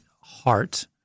heart